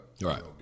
Right